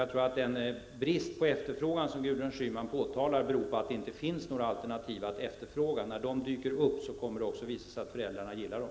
Jag tror att den brist på efterfrågan som Gudrun Schyman påtalar beror på att det inte finns några alternativ att efterfråga. När de dyker upp kommer det också att visa sig att föräldrarna gillar dem.